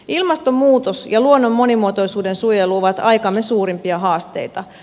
ilmastonmuutos ja luonnon monimuotoisuuden suojelu ovat aikamme suurimpia haasteita